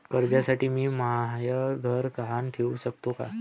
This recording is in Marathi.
कर्जसाठी मी म्हाय घर गहान ठेवू सकतो का